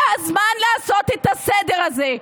זה הזמן לעשות את הסדר הזה.